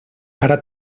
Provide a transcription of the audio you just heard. ara